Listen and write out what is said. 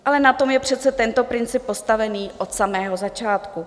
Ale na tom je přece tento princip postaven od samého začátku.